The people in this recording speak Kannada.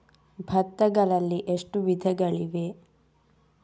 ಭತ್ತಗಳಲ್ಲಿ ಎಷ್ಟು ವಿಧಗಳಿವೆ?